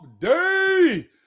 day